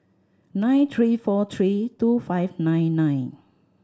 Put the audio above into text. nine three four three two five nine nine